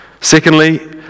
Secondly